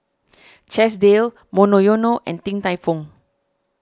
Chesdale Monoyono and Din Tai Fung